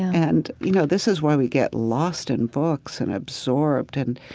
and, you know, this is why we get lost in books and absorbed. and